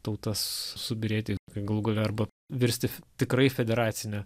tautas subyrėti galų gale arba virsti tikrai federacine